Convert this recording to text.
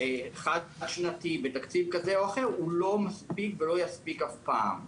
חד שנתי בתקציב כזה או אחר הוא לא מספיק ולא יספיק אף פעם.